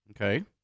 Okay